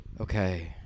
Okay